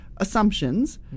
Assumptions